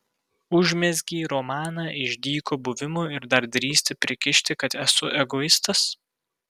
užmezgei romaną iš dyko buvimo ir dar drįsti prikišti kad esu egoistas